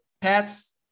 pets